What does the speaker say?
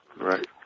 Right